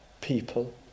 People